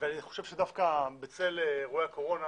ואני חושב שדווקא בצל אירועי הקורונה,